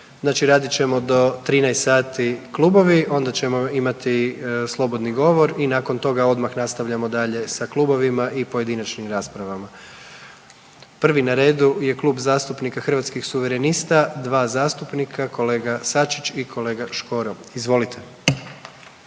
radit ćemo do 13 sati Klubovi, onda ćemo imati slobodni govor i nakon toga odmah nastavljamo dalje sa Klubovima i pojedinačnim raspravama. Prvi na redu je Klub zastupnika Hrvatskih suverenista. Kolega Sačić i kolega Škoro. Izvolite.